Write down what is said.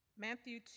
Matthew